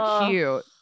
cute